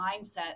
mindset